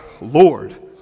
Lord